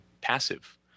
passive